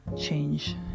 Change